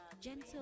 Gentle